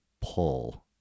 pull